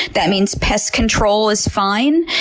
that means pest control is fine.